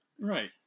Right